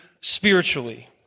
spiritually